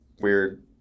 weird